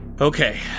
Okay